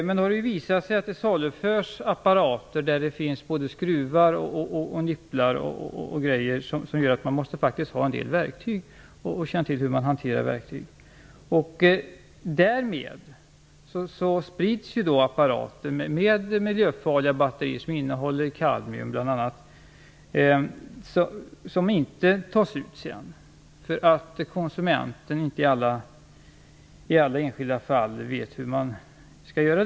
Det har dock visat sig att det saluförs apparater försedda med skruvar, nipplar o.d. som gör att man måste ha verktyg och kännedom om hur man skall hantera sådana för att få ut batterierna. Därmed sprids apparater med miljöfarliga batterier, innehållande bl.a. kadmium - batterier som inte tas ut, eftersom konsumenten inte i alla enskilda fall vet hur uttagningen skall göras.